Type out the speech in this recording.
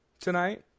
tonight